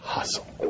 Hustle